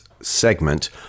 segment